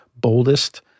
boldest